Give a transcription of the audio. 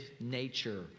nature